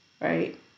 right